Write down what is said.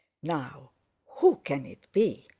now who can it be?